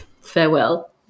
Farewell